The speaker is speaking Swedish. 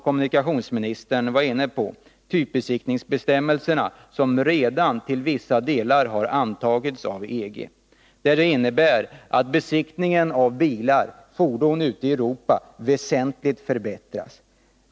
Kommunikationsministern var inne på de typbesiktningsbestämmelser som redan till vissa delar har antagits av EG. De innebär att besiktigandet av fordon ute i Europa väsentligt förenklas.